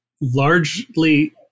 largely-